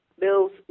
Bill's